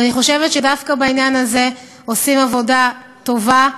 אני חושבת שדווקא בעניין הזה עושים עבודה טובה.